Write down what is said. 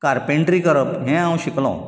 carpentry करप हें हांव शिकलो